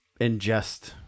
ingest